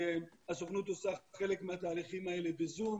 הסוכנות עושה חלק מהתהליכים האלה בזום,